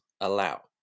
allow